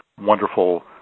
wonderful